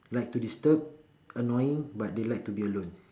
like to disturb annoying but they like to be alone